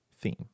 theme